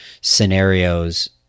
scenarios